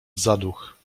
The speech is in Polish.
zaduch